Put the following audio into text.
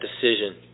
decision